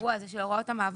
האירוע הזה של הוראות המעבר,